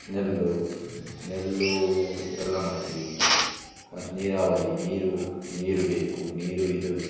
ನೆಲ್ಲು ನೆಲ್ಲೂ ಎಲ್ಲ ಮಾಡ್ತೀವಿ ಮತ್ತು ನೀರಾವರಿ ನೀರು ಬೇಕು ನೀರು ಇದು